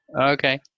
Okay